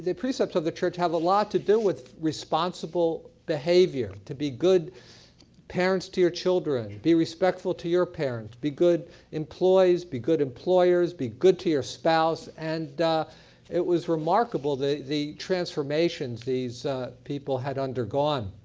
precepts of the church have a lot to do with responsible behavior. to be good parents to your children, be respectful to your parents, be good employees, be good employers, be good to your spouse. and it was remarkable the the transformation these people had undergone.